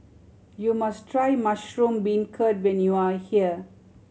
you must try mushroom beancurd when you are here